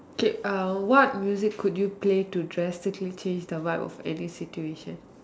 okay uh what music could you play to drastically change the vibe of any situation